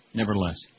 nevertheless